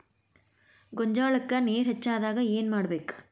ಗೊಂಜಾಳಕ್ಕ ನೇರ ಹೆಚ್ಚಾದಾಗ ಏನ್ ಮಾಡಬೇಕ್?